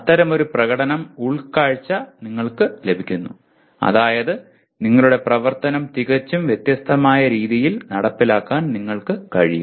അത്തരമൊരു പ്രകടനം ഉൾക്കാഴ്ച നിങ്ങൾക്ക് ലഭിക്കുന്നു അതായത് നിങ്ങളുടെ പ്രവർത്തനം തികച്ചും വ്യത്യസ്തമായ രീതിയിൽ നടപ്പിലാക്കാൻ നിങ്ങൾക്ക് കഴിയും